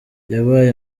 yabaye